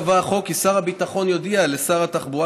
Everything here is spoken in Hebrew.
החוק קבע כי שר הביטחון יודיע לשר התחבורה,